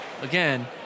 Again